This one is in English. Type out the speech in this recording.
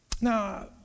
Now